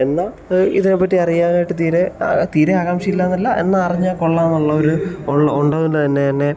എന്നാൽ ഇതിനെ പറ്റി അറിയാനായിട്ട് തീരെ തീരെ ആകാംക്ഷയില്ലയെന്നല്ല എന്നാൽ അറിഞ്ഞാൽ കൊള്ളാമെന്ന് ഉള്ളവർ ഒ ഉള്ളതു കൊണ്ട് തന്നെ തന്നെ